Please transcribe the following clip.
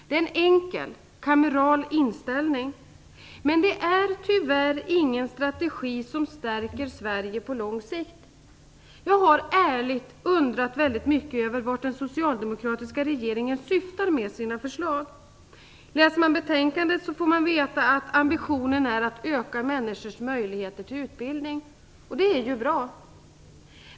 Det är en enkel, kameral inställning, men det är tyvärr ingen strategi som stärker Sverige på lång sikt. Jag har ärligt undrat väldigt mycket över vart den socialdemokratiska regeringen syftar med sina förslag. Läser man betänkandet får man veta att ambitionen är att öka människors möjligheter till utbildning. Det är ju bra.